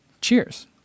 Cheers